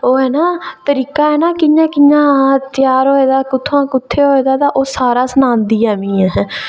ओह् ऐ ना तरीका कि'यां कि'यां त्यार होऐ दा तरीका कुत्थै त्यार होऐ दा ओह् सारा सनांदी ऐ ऐहें